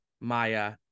Maya